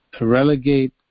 relegate